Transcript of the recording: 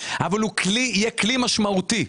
אבל הוא יהיה כלי משמעותי.